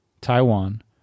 Taiwan